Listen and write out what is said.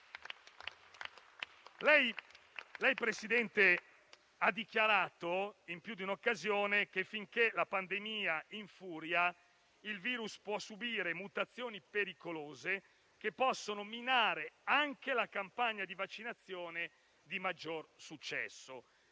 Draghi, lei ha dichiarato in più di un'occasione che finché la pandemia infuria, il virus può subire mutazioni pericolose che possono minare anche la campagna di vaccinazione di maggior successo.